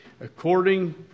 according